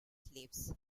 slaves